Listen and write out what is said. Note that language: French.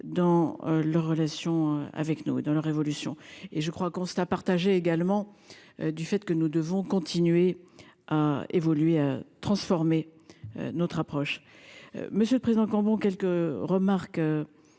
dans leurs relations avec nous dans la révolution et je crois. Constat partagé également. Du fait que nous devons continuer à évoluer transformer. Notre approche. Monsieur le Président Cambon quelques remarques.